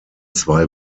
zwei